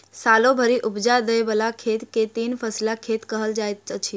सालो भरि उपजा दय बला खेत के तीन फसिला खेत कहल जाइत अछि